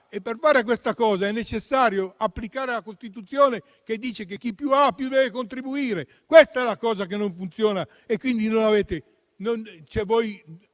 e per fare questa cosa è necessario applicare la Costituzione, che dice che chi più ha più deve contribuire. Questa è la cosa che non funziona e rispetto alla